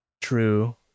True